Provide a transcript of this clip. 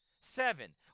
Seven